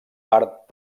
part